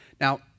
Now